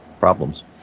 problems